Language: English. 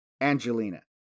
Angelina